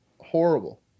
Horrible